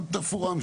מה קורה בתאגידים,